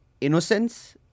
innocence